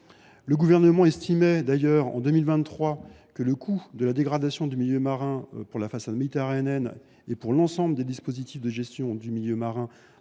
Le gouvernement estimait d’ailleurs, en 2023, que le coût de la dégradation du milieu marin pour la façade méditerranéenne et pour l’ensemble des dispositifs de gestion du milieu marin